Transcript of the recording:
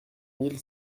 mille